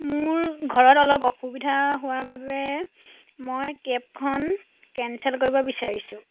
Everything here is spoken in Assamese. মোৰ ঘৰত অলপ অসুবিধা হোৱা বাবে মই কেবখন কেনঞ্চেল কৰিব বিচাৰিছোঁ